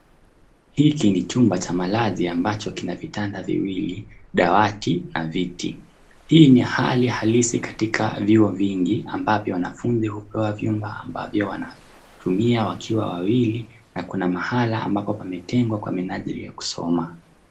Hiki ni chumba cha malazi ambacho kina vitanda viwili, dawati na viti. Hii ni halisi katika vyuo vingi ambavyo wanafunzi hupewa vyumba ambavyo wanatumia wakiwa wawili na kuna mahali ambapo pametengwa kwa minajili ya kusoma.